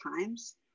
times